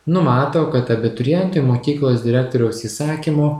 numato kad abiturientui mokyklos direktoriaus įsakymu